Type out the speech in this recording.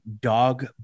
dog